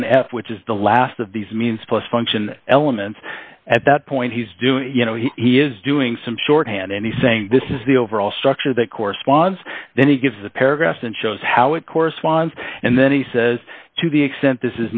f which is the last of these means plus function elements at that point he's doing you know he is doing some shorthand and he saying this is the overall structure that corresponds then he gives the paragraphs and shows how it corresponds and then he says to the extent this